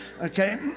okay